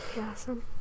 awesome